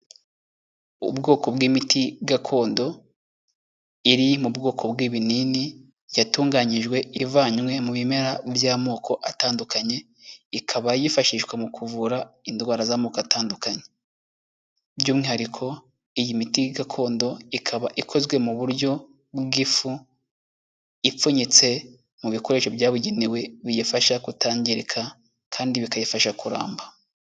Ubwoko bw'imiti gakondo, iri mu bwoko bw'ibinini, yatunganyijwe ivanywe mu bimera by'amoko atandukanye, ikaba yifashishwa mu kuvura indwara z'amoko atandukanye, by'umwihariko iyi miti gakondo ikaba ikozwe mu buryo bw'ifu, ipfunyitse mu bikoresho byabugenewe biyifasha kutangirika kandi bikayifasha kuramba.